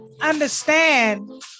understand